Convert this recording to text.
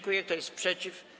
Kto jest przeciw?